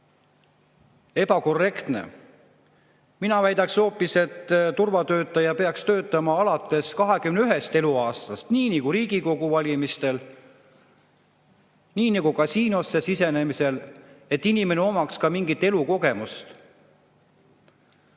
ebakorrektne. Mina väidaks hoopis, et turvatöötajana peaks saama töötada alates 21. eluaastast, nii nagu Riigikogu valimistel, nii nagu kasiinosse sisenemisel, sest siis inimene omaks ka mingit elukogemust.